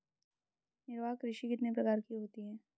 निर्वाह कृषि कितने प्रकार की होती हैं?